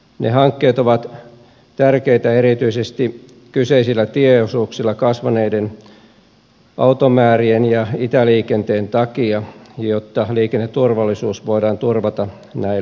ne hankkeet ovat tärkeitä erityisesti kyseisillä tieosuuksilla kasvaneiden automäärien ja itäliikenteen takia jotta liikenneturvallisuus voidaan turvata näillä teillä